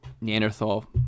Neanderthal